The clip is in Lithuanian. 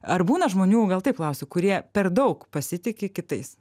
ar būna žmonių gal taip klausiu kurie per daug pasitiki kitais